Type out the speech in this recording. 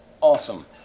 Awesome